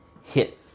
hit